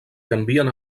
canvien